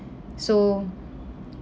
so